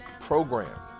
program